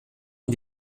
est